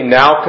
now